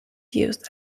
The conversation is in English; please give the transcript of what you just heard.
used